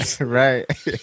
right